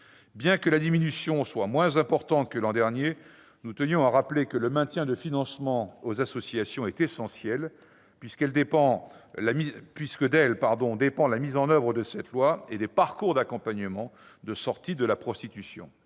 Bien que la diminution soit moins importante que l'année dernière, nous tenions à rappeler que le maintien de financements aux associations est essentiel, puisque d'elles dépend la mise en oeuvre de cette loi et des parcours d'accompagnement de sortie de la prostitution.